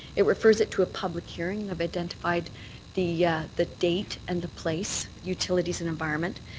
it refers it to a public hearing. i've identified the the date and the place. utilities and environment.